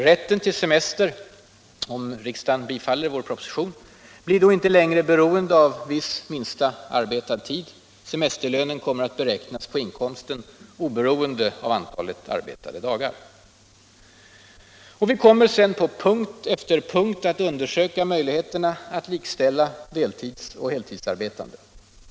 Rätten till semester blir - om riksdagen bifaller vår proposition — då inte längre beroende av en viss minsta arbetad tid. Utan semesterlönen kommer att beräknas på inkomsten, oberoende av antalet arbetade dagar. Vi kommer sedan på punkt efter punkt att undersöka möjligheterna att likställa deltids och heltidsarbetande.